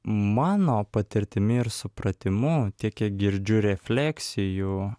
mano patirtimi ir supratimu tiek kiek girdžiu refleksijų